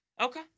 okay